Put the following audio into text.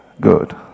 Good